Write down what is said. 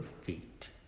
feet